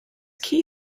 key